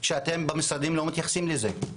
ואתם במשרדים לא מתייחסים לזה.